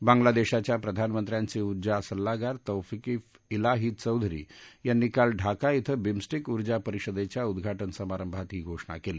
बांगलादेशाच्या प्रधानमंत्र्यांचे उर्जा सल्लागार तौफिक ईलाही चौधरी यांनी काल ढाका इथं बिम्स्टेक उर्जा परिषदेच्या उद्घाटन समारंभात ही घोषणा केली